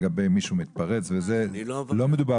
על מישהו שמתפרץ שלא מדובר